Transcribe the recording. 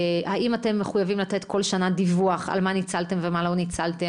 האם אתם מחויבים לתת בכל שנה דיווח על מה ניצלתם ומה לא ניצלתם?